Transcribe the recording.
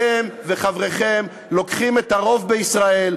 אתם וחבריכם לוקחים את הרוב בישראל,